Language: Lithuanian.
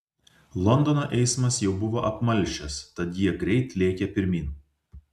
londono eismas jau buvo apmalšęs tad jie greit lėkė pirmyn